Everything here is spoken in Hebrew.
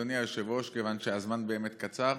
אדוני היושב-ראש, כיוון שהזמן קצר,